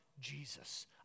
Jesus